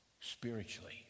spiritually